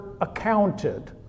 accounted